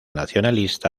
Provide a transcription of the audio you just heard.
nacionalista